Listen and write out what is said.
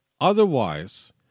Otherwise